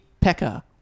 Pecker